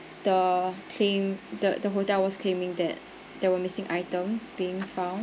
the claim the the hotel was claiming that there were missing items being found